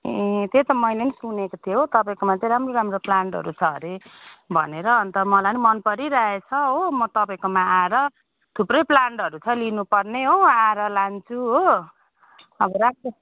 ए त्यही त मैले नि सुनेको थिएँ हो तपाईँकोमा चाहिँ राम्रो राम्रो प्लान्टहरू छ अरे भनेर अनि त मलाई नि मन परिराखेको छ हो म तपाईँकोमा आएर थुप्रै प्लान्टहरू छ लिनुपर्ने हो आएर लान्छु हो अब राखेँ